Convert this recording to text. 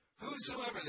Whosoever